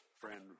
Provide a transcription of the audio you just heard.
friend